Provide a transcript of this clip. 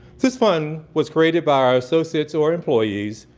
this fund was created by our associates, or employees,